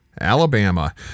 Alabama